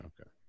Okay